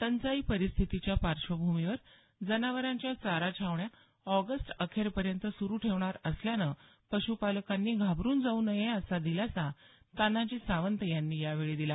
टंचाई परिस्थितीच्या पार्श्वभूमीवर जनावरांच्या चारा छावण्या ऑगस्टअखेरपर्यंत सुरू ठेवणार असल्यानं पश्पालकांनी घाबरून जाऊ नये असा दिलासा तानाजी सावंत यांनी यावेळी दिला